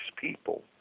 people